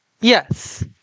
yes